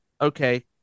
okay